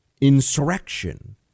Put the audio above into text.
insurrection